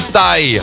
Stay